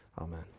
Amen